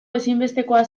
ezinbestekoa